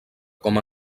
com